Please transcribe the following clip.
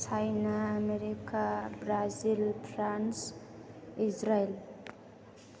China America Brazil France Israel